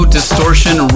Distortion